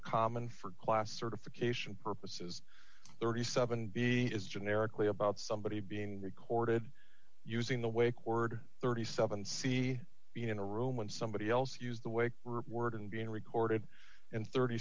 common for class certification purposes thirty seven b is generically about somebody being recorded using the way chord thirty seven c being in a room when somebody else use the way rip word and being recorded in thirty